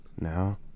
now